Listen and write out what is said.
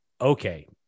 okay